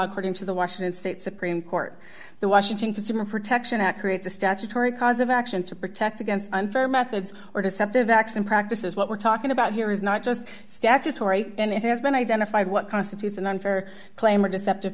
getting to the washington state supreme court the washington consumer protection act creates a statutory cause of action to protect against unfair methods or deceptive acts and practices what we're talking about here is not just statutory and it has been identified what constitutes an unfair claim or deceptive